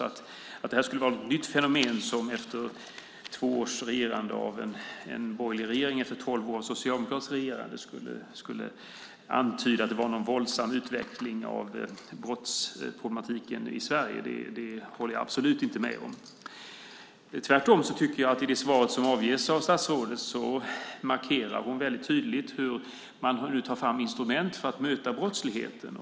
Att det här skulle vara något nytt fenomen som efter två års regerande av en borgerlig regering efter tolv års socialdemokratiskt regerande skulle antyda att det sker en våldsam utveckling av brottsproblematiken i Sverige håller jag absolut inte med om. Tvärtom tycker jag att statsrådet i det svar hon avger markerar väldigt tydligt hur man tar fram instrument för att möta brottsligheten.